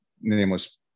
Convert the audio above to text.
nameless